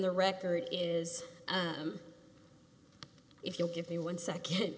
the record is if you'll give me one second